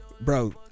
Bro